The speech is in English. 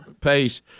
pace